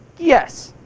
yes.